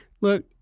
Look